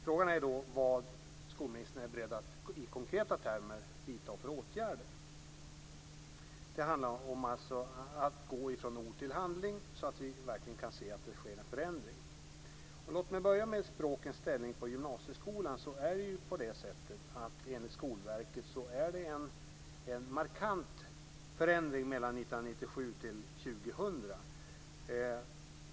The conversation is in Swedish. Frågan är vilka åtgärder skolministern i konkreta termer är beredd att vidta. Det handlar alltså om att gå från ord till handling så att vi verkligen kan se att det sker en förändring. Låt mig börja med språkens ställning i gymnasieskolan. Enligt Skolverket har det skett en markant förändring mellan 1997 och 2000.